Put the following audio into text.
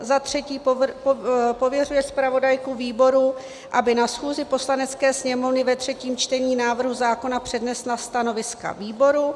Za třetí pověřuje zpravodajku výboru, aby na schůzi Poslanecké sněmovny ve třetím čtení návrhu zákona přednesla stanoviska výboru.